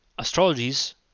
Astrologies